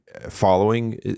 following